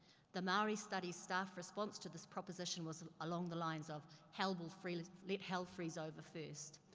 the maori studies staff response to this proposition was along the lines of, hell will free, let let hell freeze over first.